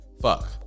fuck